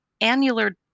annular